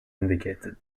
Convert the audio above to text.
indicated